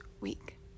week